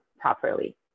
properly